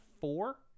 four